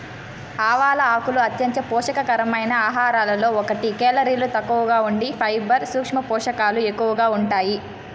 ఆవాల ఆకులు అంత్యంత పోషక కరమైన ఆహారాలలో ఒకటి, కేలరీలు తక్కువగా ఉండి ఫైబర్, సూక్ష్మ పోషకాలు ఎక్కువగా ఉంటాయి